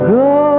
go